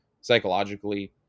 psychologically